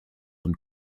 und